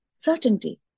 certainty